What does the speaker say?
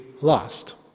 lost